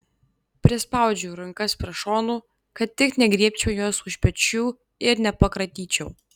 prispaudžiu rankas prie šonų kad tik negriebčiau jos už pečių ir nepakratyčiau